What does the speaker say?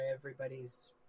everybody's